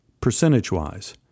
percentage-wise